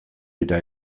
dira